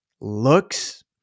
looks